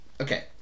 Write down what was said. Okay